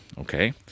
okay